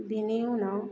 बिनि उनाव